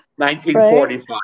1945